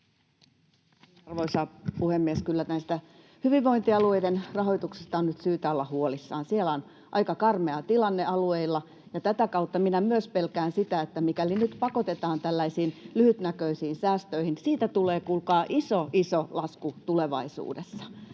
Arvoisa puhemies! Kyllä tästä hyvinvointialueiden rahoituksesta on nyt syytä olla huolissaan. Siellä on aika karmea tilanne alueilla, ja tätä kautta minä myös pelkään sitä, että mikäli nyt pakotetaan tällaisiin lyhytnäköisiin säästöihin, siitä tulee, kuulkaa, iso iso lasku tulevaisuudessa.